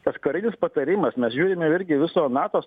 tas karinis patarimas mes žiūrime irgi viso nato